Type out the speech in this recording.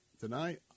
tonight